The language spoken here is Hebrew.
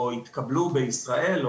או התקבלו בישראל,